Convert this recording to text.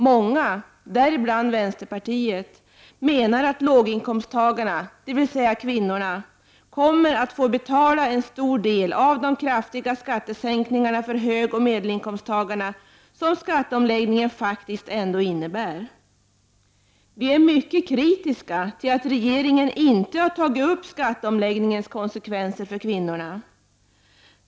Många, däribland vänsterpartiet, menar att låginkomsttagarna, dvs. kvinnorna, kommer att få betala en stor del av de kraftiga skattesänkningarna för högoch medelinkomsttagarna som skatteomläggningen ändå innebär. Vi är mycket kritiska till att regeringen inte har tagit upp skatteomläggningens konsekvenser för kvinnorna.